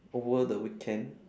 over the weekend